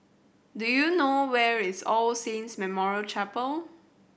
do you know where is All Saints Memorial Chapel